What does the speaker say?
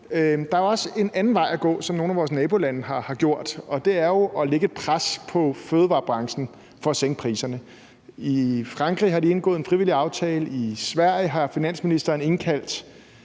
Der er også en anden vej at gå, som nogle af vores nabolande har gjort, og det er jo at lægge et pres på fødevarebranchen for at sænke priserne. I Frankrig har de indgået en frivillig aftale. I Sverige har finansministeren indkaldt